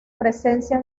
presencia